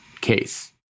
case